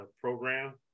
program